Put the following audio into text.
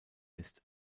ist